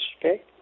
okay